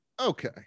Okay